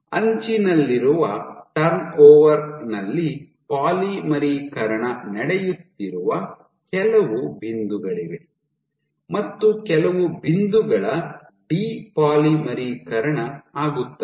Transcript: ಅಂಚಿನಲ್ಲಿರುವ turn over ನಲ್ಲಿ ಪಾಲಿಮರೀಕರಣ ನಡೆಯುತ್ತಿರುವ ಕೆಲವು ಬಿಂದುಗಳಿವೆ ಮತ್ತು ಕೆಲವು ಬಿಂದುಗಳ ಡಿ ಪಾಲಿಮರೀಕರಣ ಆಗುತ್ತದೆ